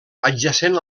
adjacent